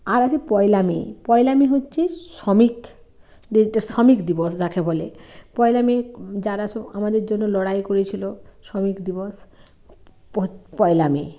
আর আছে পয়লা মে পয়লা মে হচ্ছে শ্রমিক শ্রমিক দিবস যাকে বলে পয়লা মে যারা সব আমাদের জন্য লড়াই করেছিল শ্রমিক দিবস পয়লা মে